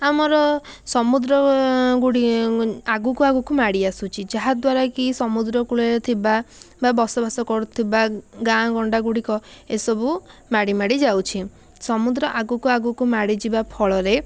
ଆମର ସମୁଦ୍ର ଗୁଡ଼ିଏ ଆଗୁକୁ ଆଗୁକୁ ମାଡ଼ି ଆସୁଛି ଯାହାଦ୍ୱାରା କି ସମୁଦ୍ର କୂଳରେ ଥିବା ବା ବସବାସ କରୁଥିବା ଗାଁ ଗଣ୍ଡାଗୁଡ଼ିକ ଏସବୁ ମାଡ଼ିମାଡ଼ି ଯାଉଛି ସମୁଦ୍ର ଆଗକୁ ଆଗକୁ ମାଡ଼ିଯିବା ଫଳରେ